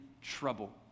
trouble